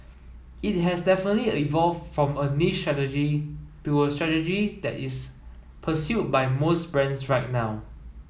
it has definitely evolved from a niche strategy to a strategy that is pursued by most brands right now